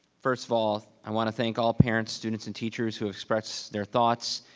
first of all, i wanna thank all parents, students and teachers who expressed their thoughts,